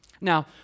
Now